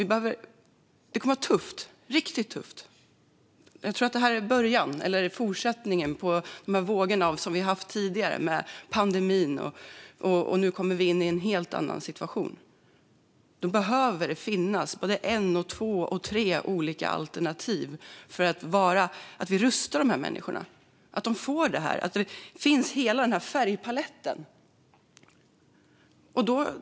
Det kommer att vara tufft - riktigt tufft. Jag tror att detta är början - eller fortsättningen - på de vågor som vi har haft tidigare med pandemin. Nu kommer vi in i en helt annan situation. Då behöver det finnas både ett, två och tre olika alternativ för att rusta människor. Det behöver finnas en hel färgpalett.